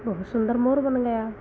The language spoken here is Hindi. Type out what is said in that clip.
बहुत सुन्दर मोर बन गया